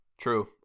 True